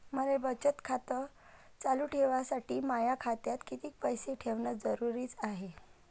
मले बचत खातं चालू ठेवासाठी माया खात्यात कितीक पैसे ठेवण जरुरीच हाय?